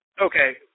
Okay